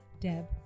Deb